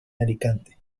alicante